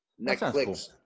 netflix